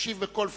אשיב בכל פורום.